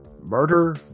Murder